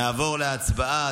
נעבור להצבעה,